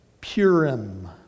Purim